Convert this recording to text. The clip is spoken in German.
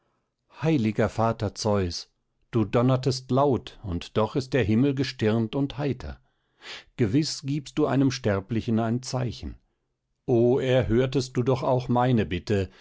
heiliger vater zeus du donnertest laut und doch ist der himmel gestirnt und heiter gewiß giebst du einem sterblichen ein zeichen o erhörtest du doch auch meine bitte